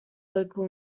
local